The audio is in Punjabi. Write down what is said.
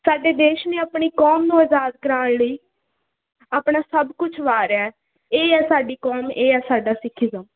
ਸਾਡੇ ਦੇਸ਼ ਨੇ ਆਪਣੀ ਕੌਮ ਨੂੰ ਆਜ਼ਾਦ ਕਰਾਉਣ ਲਈ ਆਪਣਾ ਸਭ ਕੁਛ ਵਾਰਿਆ ਇਹ ਹੈ ਸਾਡੀ ਕੌਮ ਇਹ ਹੈ ਸਾਡਾ ਸਿੱਖੀਜ਼ਮ